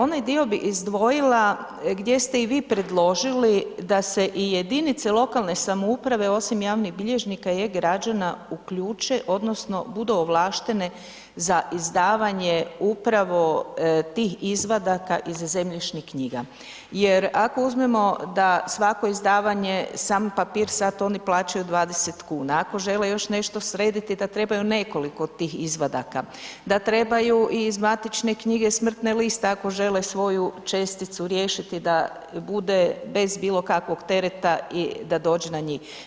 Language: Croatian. Onaj dio bi izdvojila gdje ste i vi predložili da se i jedinice lokalne samouprave osim javnih bilježnika i EU-građana uključe odnosno budu ovlaštene za izdavanje upravo tih izvadaka iz zemljišnih knjiga jer ako uzmemo da svako izdavanje, sami papir sad oni plaćaju 20 kuna, ako žele još nešto srediti da trebaju nekoliko tih izvadaka, da trebaju iz matične knjige i smrtne liste ako žele svoju česticu riješiti da bude bez bilokakvog tereta da dođe na njih.